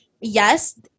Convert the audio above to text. yes